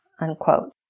unquote